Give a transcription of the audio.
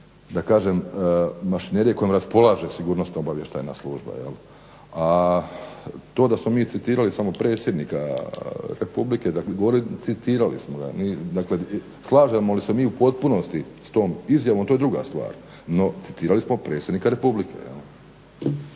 da kažem mašinerije kojima raspolaže sigurnosno-sigurnosna služba. A to da smo mi citirali samo predsjednika Republike, dakle govorim, citirali smo ga, mi, slažemo li se mi u potpunosti sa tom izjavom to je druga stvar, no citirali smo predsjednika Republike.